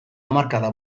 hamarkada